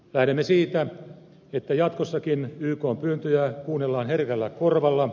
lähdemme siitä että jatkossakin ykn pyyntöjä kuunnellaan herkällä korvalla